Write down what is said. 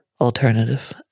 alternative